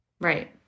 Right